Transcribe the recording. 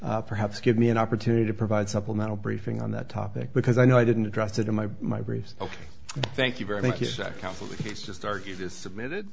perhaps give me an opportunity to provide supplemental briefing on that topic because i know i didn't address it in my my briefs ok thank you very much that counsel is just argued is submitted